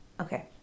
Okay